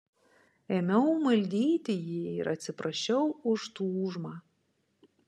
ėmiau maldyti jį ir atsiprašiau už tūžmą